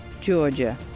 Georgia